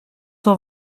cent